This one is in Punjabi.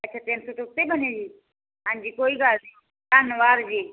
ਅੱਛਾ ਤਿੰਨ ਸੌ ਦੇ ਉੱਤੇ ਬਣੇ ਜੀ ਹਾਂਜੀ ਕੋਈ ਗੱਲ ਨਹੀਂ ਧੰਨਵਾਦ ਜੀ